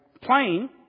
plane